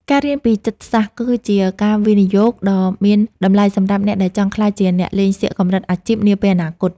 ការរៀនពីចិត្តសាស្ត្រគឺជាការវិនិយោគដ៏មានតម្លៃសម្រាប់អ្នកដែលចង់ក្លាយជាអ្នកលេងសៀកកម្រិតអាជីពនាពេលអនាគត។